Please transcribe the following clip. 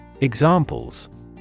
Examples